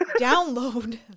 download